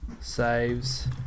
Saves